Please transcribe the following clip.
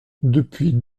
depuis